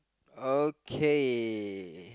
okay